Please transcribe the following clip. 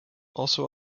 also